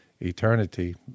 eternity